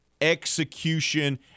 execution